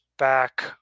back